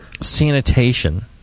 sanitation